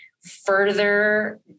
further